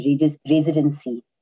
residency